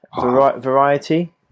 variety